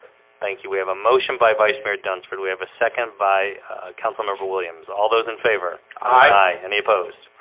thank you. we have a motion by vice mayor dunsford. we have a second by councilmember williams all those in favor. aye aye any opposed.